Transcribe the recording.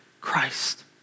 Christ